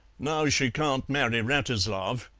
now she can't marry wratislav.